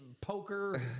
poker